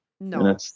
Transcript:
No